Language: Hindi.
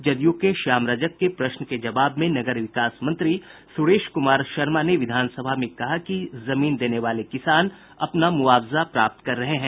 जदयू के श्याम रजक के प्रश्न के जवाब में नगर विकास मंत्री सुरेश कुमार शर्मा ने विधानसभा में कहा कि जमीन देने वाले किसान अपना मुआवजा प्राप्त कर रहे हैं